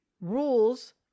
rules